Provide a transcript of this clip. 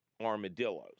armadillos